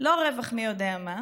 לא רווח מי יודע מה,